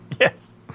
yes